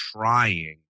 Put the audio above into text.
trying